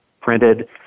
printed